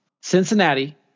Cincinnati